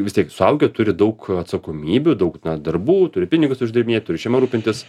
vis tiek suaugę turi daug atsakomybių daug darbų turi pinigus uždirbinėt turi šeima rūpintis